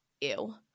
Ew